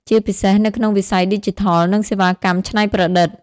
ជាពិសេសនៅក្នុងវិស័យឌីជីថល និងសេវាកម្មច្នៃប្រឌិត។